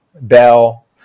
bell